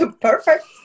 perfect